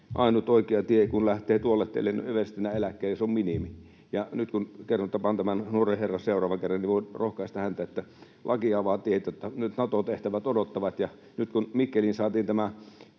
ainut oikea tie, kun lähtee tuolle tielle, on everstinä eläkkeelle, se on minimi. Ja nyt kun tapaan tämän nuoren herran seuraavan kerran, niin voin rohkaista häntä, että laki avaa tiet ja nyt Nato-tehtävät odottavat. Nyt kun Mikkeliin saatiin tämä